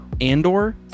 Andor